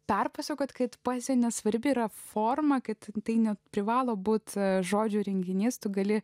perpasakoti kaip poezijai nesvarbi yra forma kad tai neprivalo būti žodžiu renginys tu gali